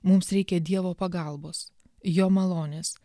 mums reikia dievo pagalbos jo malonės